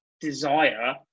desire